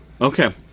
Okay